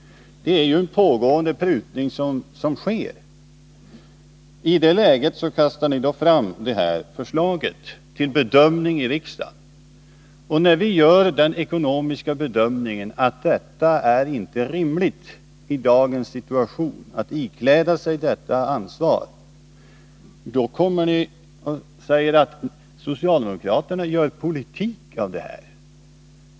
Det är ju en prutning som sker. I det läget kastar ni fram detta förslag till bedömning i riksdagen. Och när vi gör den ekonomiska bedömningen att det inte är rimligt i dagens situation att ikläda sig detta ansvar, säger ni att socialdemokraterna gör politik av det hela.